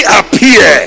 appear